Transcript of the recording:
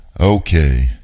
Okay